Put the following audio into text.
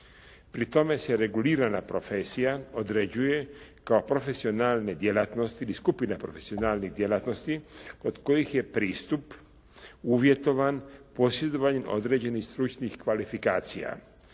Pri tome se regulirana profesija određuje kao profesionalne djelatnosti ili skupine profesionalnih djelatnosti kod kojih je pristup uvjetovan posjedovanjem određenih stručnih kvalifikacija.